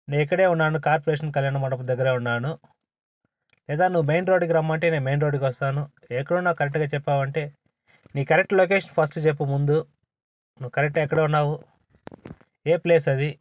నేను ఇక్కడే ఉన్నాను కార్పొరేషన్ కళ్యాణమండపం దగ్గర ఉన్నాను లేదా నువ్వు మెయిన్ రోడ్కి రమ్మంటే నేను మెయిన్ రోడ్కి వస్తాను ఎక్కడున్నావు కరెక్ట్గా చెప్పావంటే నీ కరెక్ట్ లొకేషన్ ఫస్ట్ చెప్పు ముందు నువ్వు కరెక్ట్గా ఎక్కడున్నావు ఏ ప్లేస్ అది